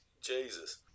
Jesus